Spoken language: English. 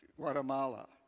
Guatemala